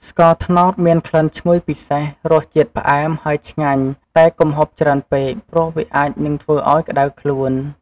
ស្ករត្នោត មានក្លិនឈ្ងុយពិសេស រសជាតិផ្អែមហើយឆ្ងាញ់តែកុំហូបច្រើនពេក ព្រោះវាអាចនឹងធ្វើឱ្យក្ដៅខ្លួន។